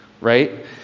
right